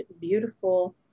beautiful